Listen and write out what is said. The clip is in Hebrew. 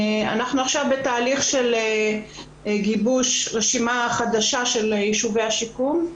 אנחנו עכשיו בתהליך של גיבוש רשימה חדשה של יישובי השיקום.